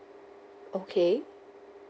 okay